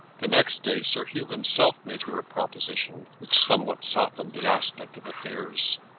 the next day sir hugh himself made her a proposition which somewhat softened the aspect of affairs.